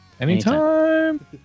anytime